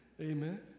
Amen